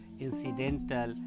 incidental